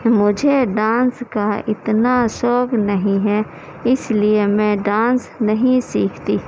مجھے ڈانس کا اتنا شوق نہیں ہے اِس لیے میں ڈانس نہیں سیکھتی